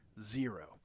Zero